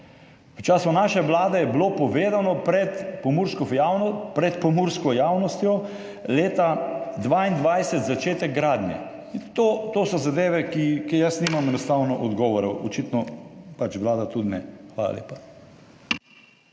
V času naše vlade je bilo povedano pred pomursko javnostjo: leta 2022 začetek gradnje. To so zadeve, na katere jaz enostavno nimam odgovorov, očitno pač Vlada tudi ne. Hvala lepa.